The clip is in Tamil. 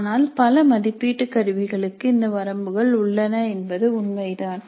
ஆனால் பல மதிப்பீட்டு கருவிகளுக்கு இந்த வரம்புகள் உள்ளன என்பது உண்மைதான்